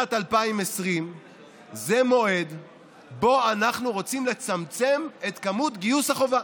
שנת 2020 זה מועד שבו אנחנו רוצים לצמצם את היקף גיוס החובה.